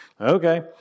Okay